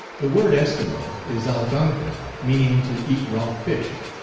the word eskimo is algonquin, meaning to eat raw fish,